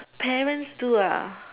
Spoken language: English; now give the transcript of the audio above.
parents do ah